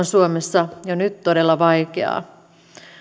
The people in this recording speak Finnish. suomessa jo nyt todella vaikeaa